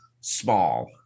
small